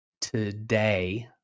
today